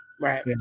Right